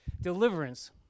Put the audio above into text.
deliverance